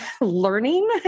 learning